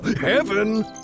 Heaven